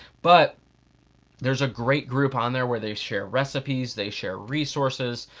but there's a great group on there where they share recipes, they share reasources,